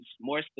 more